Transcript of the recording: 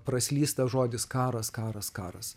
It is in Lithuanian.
praslysta žodis karas karas karas